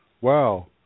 wow